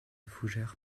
fougères